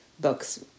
Books